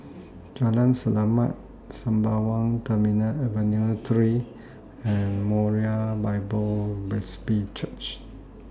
Jalan Selamat Sembawang Terminal Avenue three and Moriah Bible Presby Church